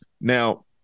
Now